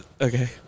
Okay